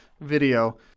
video